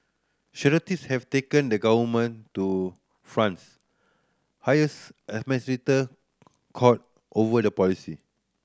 charities have taken the government to France highest administrate court over the policy